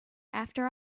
after